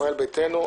ישראל ביתנו,